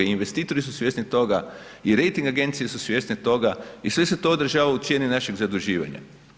Investitori su svjesni toga i rejting agencije su svjesne toga i sve se to odražava u cijeni našeg zaduživanja.